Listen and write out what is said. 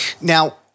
Now